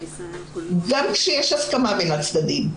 גם כשיש הסכמה בין הצדדים.